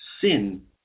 sin